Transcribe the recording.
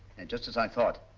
just as i thought.